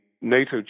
NATO